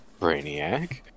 Brainiac